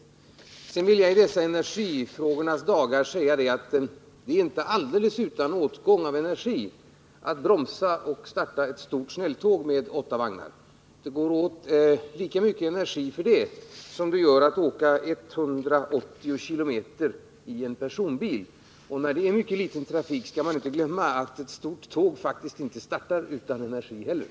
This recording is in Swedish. För det andra vill jag i dessa energifrågornas dagar säga att det är inte alldeles utan åtgång av energi som man bromsar och startar ett stort snälltåg med åtta vagnar. Det går åt lika mycket energi för det som för att åka 180 km/tim i en personbil. Och man skall inte glömma att när det är mycket litet trafik startar faktiskt inte heller ett stort tåg utan energi.